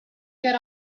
get